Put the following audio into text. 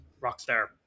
Rockstar